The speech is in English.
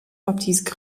baptiste